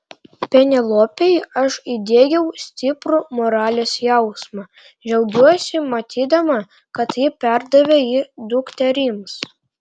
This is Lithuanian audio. penelopei aš įdiegiau stiprų moralės jausmą džiaugiuosi matydama kad ji perdavė jį dukterims